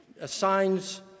assigns